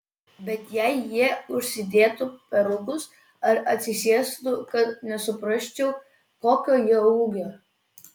bet jei jie užsidėtų perukus ar atsisėstų kad nesuprasčiau kokio jie ūgio